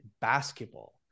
Basketball